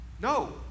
No